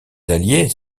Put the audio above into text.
alliées